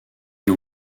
ils